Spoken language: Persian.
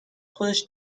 خودش